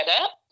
up